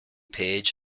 page